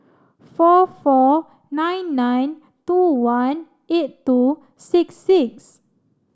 four four nine nine two one eight two six six